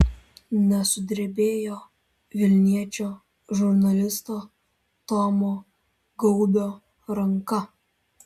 nesudrebėjo vilniečio žurnalisto tomo gaubio ranka